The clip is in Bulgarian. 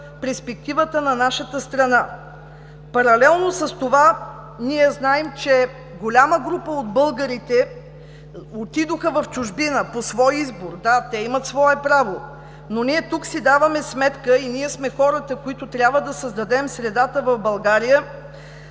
перспективата на нашата страна. Паралелно с това знаем, че голяма група от българите отидоха в чужбина по свой избор. Да, те имат своето право, но ние тук си даваме сметка – и ние сме хората, които трябва да създадем средата в България,